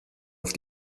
auf